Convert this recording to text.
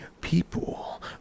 people